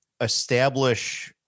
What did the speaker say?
establish